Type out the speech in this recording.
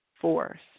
force